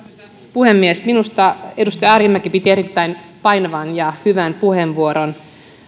puhemies minusta edustaja arhinmäki piti erittäin painavan ja hyvän puheenvuoron